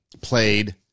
played